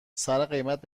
سرقیمت